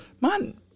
Man